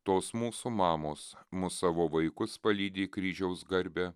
tos mūsų mamos mus savo vaikus palydi į kryžiaus garbę